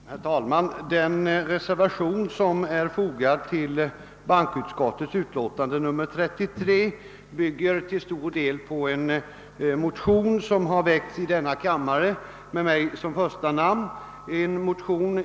Herr talman! Den reservation som är fogad vid bankoutskottets utlåtande nr 33 bygger till stor del på ett motionspar, och mitt namn står först under den motion som väckts i denna kammare.